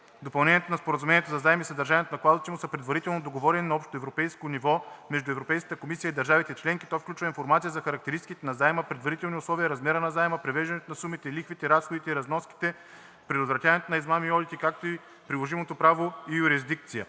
Допълнението на Споразумението за заем и съдържанието на клаузите му са предварително договорени на общоевропейско ниво между Европейската комисия и държавите членки. То включва информация за характеристиките на заема, предварителните условия, размера на заема, превеждането на сумите, лихвите, разходите и разноските по заема, предотвратяване на измами и одити, както и приложимото право и юрисдикция.